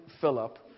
Philip